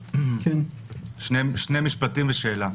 יש לי שני משפטים ושאלה.